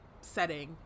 setting